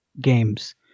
games